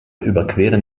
überqueren